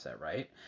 right